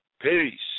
Peace